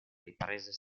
riprese